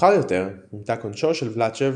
מאוחר יותר הומתק עונשו של ולצ'ב